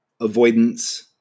avoidance